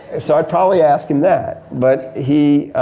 so i'd probably ask him that. but he,